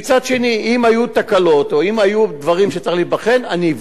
אם היו תקלות או אם היו דברים שצריכים להיבחן אני אבדוק אותם.